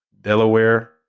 Delaware